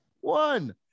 One